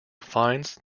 finds